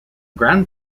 grand